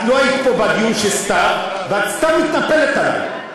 את לא היית בדיון של סתיו ואת סתם מתנפלת עלי.